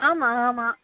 आमामाम्